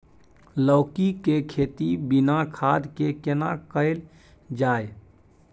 लौकी के खेती बिना खाद के केना कैल जाय?